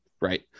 right